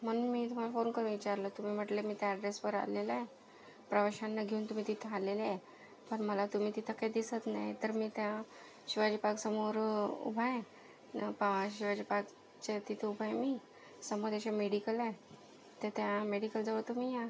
म्हणून मी तुम्हाला फोन करून विचारलं तुम्ही म्हटलं की मी त्या अड्रेसवर आलेलं आहे प्रवाशांना घेऊन तुम्ही तिथे आलेले आहे पण मला तुम्ही तिथं काही दिसत नाही तर मी त्या शिवाजी पार्कसमोर उभा आहे पहा शिवाजी पार्कच्या तिथं उभा आहे मी समोर इथे मेडिकल आहे तर त्या मेडिकलजवळ तुम्ही या